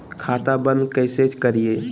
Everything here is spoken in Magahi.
खाता बंद कैसे करिए?